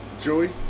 Joey